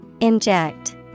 Inject